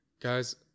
Guys